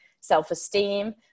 self-esteem